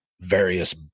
various